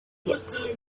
kids